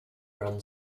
run